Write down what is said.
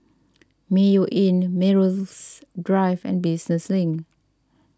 Mayo Inn Melrose Drive and Business Link